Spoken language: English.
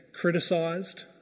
criticised